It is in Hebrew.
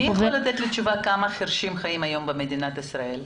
מי יכול לתת לי תשובה כמה חירשים חיים היום במדינת ישראל?